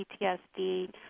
PTSD